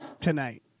tonight